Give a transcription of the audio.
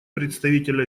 представитель